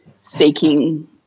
seeking